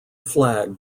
flag